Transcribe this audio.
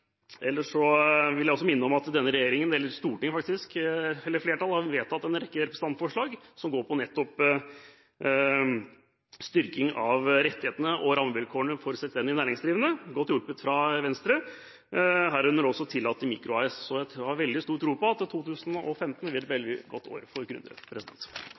Ellers vil jeg minne om at Stortinget har vedtatt en rekke representantforslag som nettopp går på styrking av rettighetene og rammevilkårene for selvstendig næringsdrivende – godt hjulpet av Venstre – herunder også å tillate «mikro AS». Jeg har stor tro på at 2015 vil bli et veldig godt år for